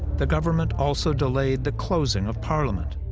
the government also delayed the closing of parliament.